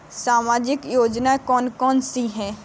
सामाजिक योजना कौन कौन सी हैं?